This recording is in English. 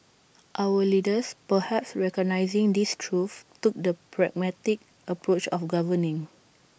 our leaders perhaps recognising this truth took the pragmatic approach of governing